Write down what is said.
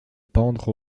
pendre